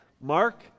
Mark